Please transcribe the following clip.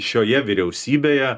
šioje vyriausybėje